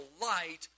light